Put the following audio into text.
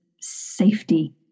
safety